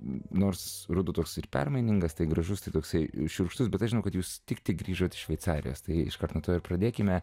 nors ruduo toks ir permainingas tai gražus tai toksai šiurkštus bet aš žinau kad jūs tik tik grįžote iš šveicarijos tai iš karto pradėkime